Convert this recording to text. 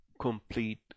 complete